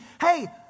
hey